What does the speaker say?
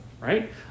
right